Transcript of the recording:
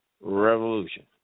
revolution